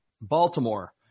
Baltimore